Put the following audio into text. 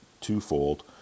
twofold